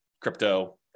crypto